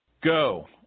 Go